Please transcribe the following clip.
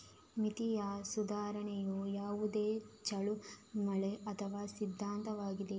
ವಿತ್ತೀಯ ಸುಧಾರಣೆಯು ಯಾವುದೇ ಚಳುವಳಿ ಅಥವಾ ಸಿದ್ಧಾಂತವಾಗಿದೆ